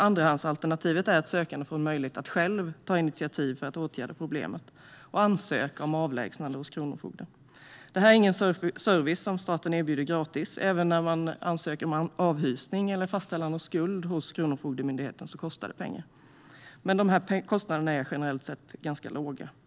Andrahandsalternativet är att sökanden får en möjlighet att själv ta initiativ för att åtgärda problemet och ansöka om avlägsnande hos kronofogden. Detta är ingen service som staten erbjuder gratis. Även när man ansöker om avhysning eller fastställande av skuld hos Kronofogdemyndigheten kostar det pengar, även om dessa kostnader generellt sett är ganska låga.